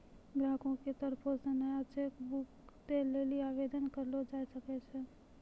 ग्राहको के तरफो से नया चेक बुक दै लेली आवेदन करलो जाय सकै छै